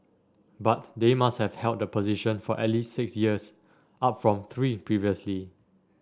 but they must have held the position for at least six years up from three previously